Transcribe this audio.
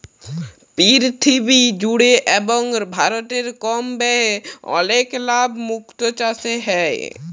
পীরথিবী জুড়ে এবং ভারতে কম ব্যয়ে অলেক লাভ মুক্ত চাসে হ্যয়ে